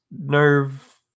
nerve